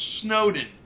Snowden